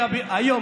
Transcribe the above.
ארי,